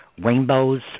Rainbows